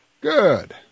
Good